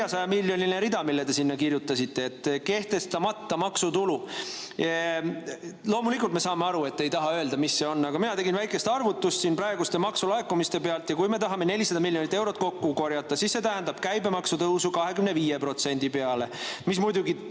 400-miljoniline rida, mille te sinna kirjutasite, kehtestamata maksu tulu. Loomulikult me saame aru, et te ei taha öelda, mis see on. Aga mina tegin väikese arvutuse praeguste maksulaekumiste pealt. Kui me tahame 400 miljonit eurot kokku korjata, siis see tähendab käibemaksutõusu 25% peale, mis muidugi